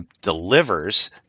delivers